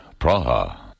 Praha